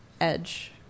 edge